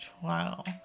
trial